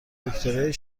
دکترای